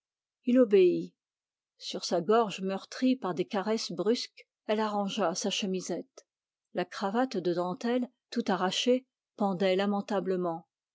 obéit sur sa gorge meurtrie par des caresses brusques elle arrangea sa chemisette la cravate de dentelle tout arrachée pendait lamentablement